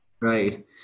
Right